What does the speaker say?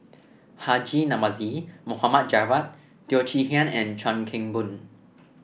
Haji Namazie Mohd Javad Teo Chee Hean and Chuan Keng Boon